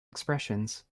expressions